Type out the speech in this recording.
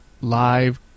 live